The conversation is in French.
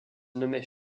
nommait